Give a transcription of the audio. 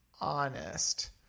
honest